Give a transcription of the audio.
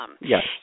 Yes